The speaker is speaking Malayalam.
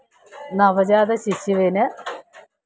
നവജാത ശിശുവിന്